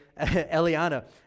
Eliana